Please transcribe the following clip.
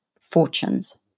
fortunes